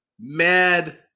mad